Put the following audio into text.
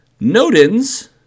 Nodens